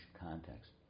context